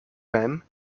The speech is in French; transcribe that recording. même